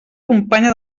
companya